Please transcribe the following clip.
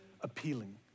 appealing